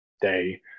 day